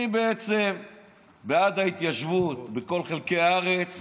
מי בעצם בעד ההתיישבות בכל חלקי הארץ